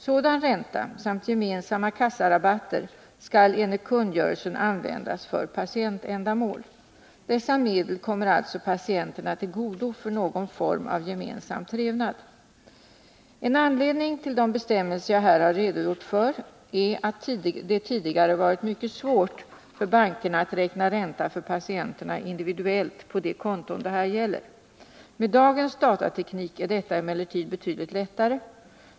Sådan ränta samt gemensamma kassarabatter skall enligt kungörelsen användas för patientändamål. Dessa medel kommer alltså patienterna till godo för någon form av gemensam trevnad. En anledning till de bestämmelser jag här har redogjort för är att det tidigare var mycket svårt för bankerna att räkna ränta för patienterna individuellt på de konton det här gäller. Med dagens datateknik är detta emellertid betydligt lättare.